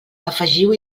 afegiu